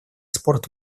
спорт